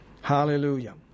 Hallelujah